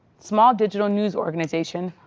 small digital news organization,